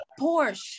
porsche